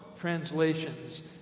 translations